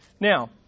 Now